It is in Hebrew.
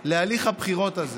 להליך הבחירות הזה